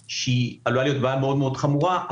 בעיה שעלולה להיות מאוד מאוד חמורה.